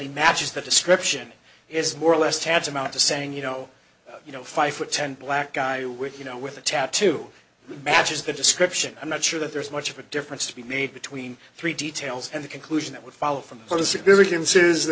he matches that description is more or less tad's amount to saying you know you know five foot ten black guy with you know with a tattoo matches the description i'm not sure that there's much of a difference to be made between three details and the conclusion that would follow from the